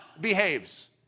behaves